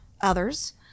others